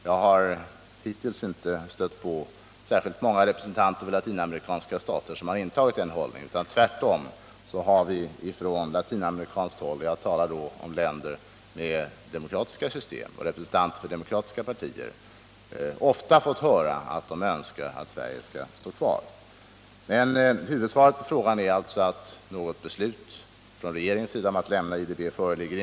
Jag har hittills inte stött på särskilt många representanter för latinamerikanska stater som intagit den hållningen, utan tvärtom har vi från latinamerikanskt håll — jag talar här om länder med demokratiska system och om representanter för demokratiska partier — ofta fått höra att man önskar att Sverige skall stå kvar som medlem. Svaret på frågan är alltså att något regeringsbeslut om att lämna IDB inte föreligger.